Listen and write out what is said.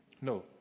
No